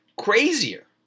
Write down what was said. crazier